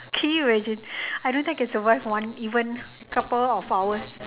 can you imagine I don't think I can survive one even couple of hours